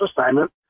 assignment